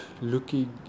looking